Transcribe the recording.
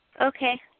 Okay